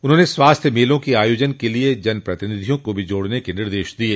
उन्होंने स्वास्थ्य मेलों के आयोजन के लिए जनप्रतिनिधियों को भी जोड़ने के निर्देश दिये